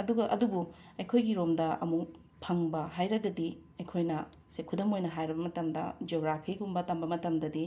ꯑꯗꯨꯒ ꯑꯗꯨꯕꯨ ꯑꯩꯈꯣꯏꯒꯤꯔꯣꯝꯗ ꯑꯃꯨꯛ ꯐꯪꯕ ꯍꯥꯏꯔꯒꯗꯤ ꯑꯩꯈꯣꯏꯅ ꯁꯦ ꯈꯨꯗꯝ ꯑꯣꯏꯅ ꯍꯥꯏꯔꯕ ꯃꯇꯝꯗ ꯖ꯭ꯌꯣꯒ꯭ꯔꯥꯐꯤꯒꯨꯝꯕ ꯇꯝꯕ ꯃꯇꯝꯗꯗꯤ